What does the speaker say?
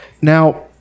Now